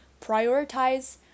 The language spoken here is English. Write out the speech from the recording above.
prioritize